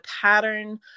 pattern